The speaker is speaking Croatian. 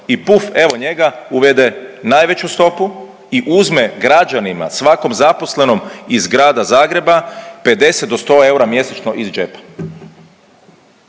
I puf, evo njega uvede najveću stopu i uzme građanima, svakom zaposlenom iz grada Zagreba 50 do 100 eura mjesečno iz džepa.